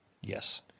Yes